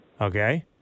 Okay